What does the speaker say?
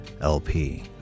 LP